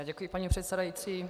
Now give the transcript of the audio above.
Děkuji, paní předsedající.